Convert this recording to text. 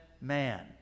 man